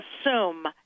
assume